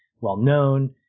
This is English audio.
well-known